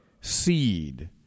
seed